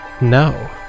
No